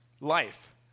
life